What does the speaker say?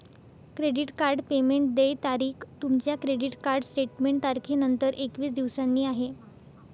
credit card payment देय तारीख तुमच्या क्रेडिट कार्ड स्टेटमेंट तारखेनंतर एकवीस दिवसांनी आहे